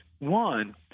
One